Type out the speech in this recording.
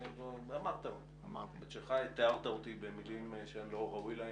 אמרת את שלך, תיארת אותי במילים שאני לא ראוי להן.